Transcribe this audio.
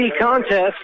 contest